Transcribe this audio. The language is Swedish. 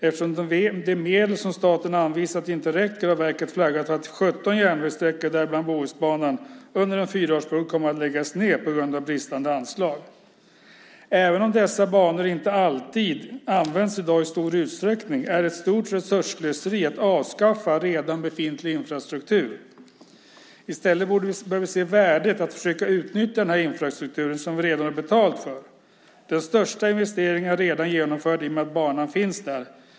Eftersom de medel som staten har anvisat inte räcker har verket flaggat för att 17 järnvägssträckor, däribland Bohusbanan, under en fyraårsperiod kommer att läggas ned på grund av bristande anslag. Även om dessa banor inte alltid används i stor utsträckning i dag är det ett stort resursslöseri att avskaffa redan befintlig infrastruktur. I stället bör vi se värdet i att försöka utnyttja den här infrastrukturen som vi redan har betalat för. Den största investeringen är redan genomförd i och med att banan finns där.